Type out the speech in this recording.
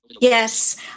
Yes